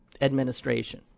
administration